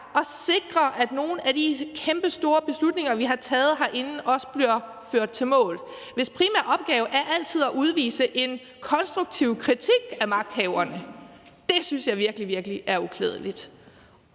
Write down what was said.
at sikre, at nogle af de kæmpestore beslutninger, vi har taget herinde, også bliver ført i mål, og hvis primære opgave altid er at udvise en konstruktiv kritik af magthaverne. Derfor synes jeg, det er virkelig, virkelig uklædeligt.